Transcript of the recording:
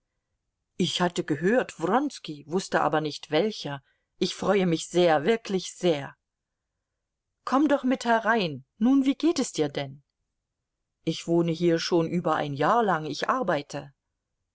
ich hatte gehört wronski wußte aber nicht welcher ich freue mich sehr wirklich sehr komm doch mit herein nun wie geht es dir denn ich wohne hier schon über ein jahr lang ich arbeite